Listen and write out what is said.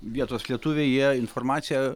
vietos lietuviai jie informaciją